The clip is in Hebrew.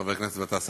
חבר הכנסת גטאס,